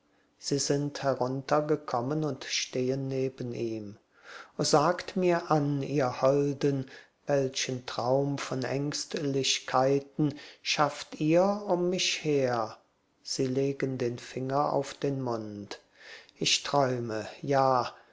sie sind heruntergekommen und stehen neben ihm o sagt mir an ihr holden welchen traum von ängstlichkeiten schafft ihr um mich her sie legen den finger auf den mund ich träume ja